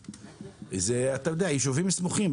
הם יישובים סמוכים.